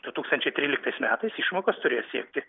du tūkstančiai tryliktais metais išmokos turėjo siekti